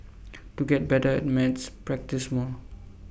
to get better at maths practise more